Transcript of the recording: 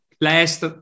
last